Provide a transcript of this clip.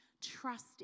trust